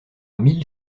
mille